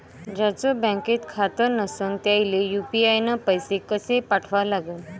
ज्याचं बँकेत खातं नसणं त्याईले यू.पी.आय न पैसे कसे पाठवा लागन?